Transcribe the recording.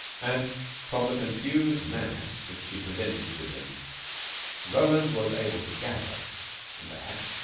and from the confused mass which she presented to him roland was able to gather that,